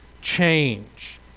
change